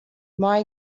mei